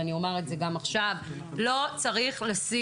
ואני אומר את זה גם עכשיו: לא צריך לשים